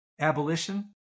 abolition